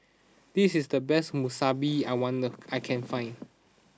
this is the best Monsunabe I wonder I can find